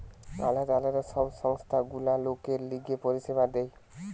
আলদা আলদা সব সংস্থা গুলা লোকের লিগে পরিষেবা দেয়